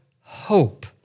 hope